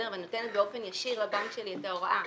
אני נותנת באופן ישיר לבנק שלי את ההוראה